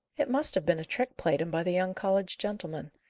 it must have been a trick played him by the young college gentlemen.